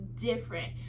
different